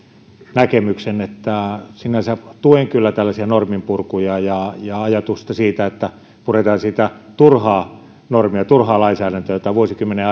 näkemyksen että sinänsä tuen kyllä tällaisia norminpurkuja ja ja ajatusta siitä että puretaan sitä turhaa normia turhaa lainsäädäntöä vuosikymmenien